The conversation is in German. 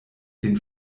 den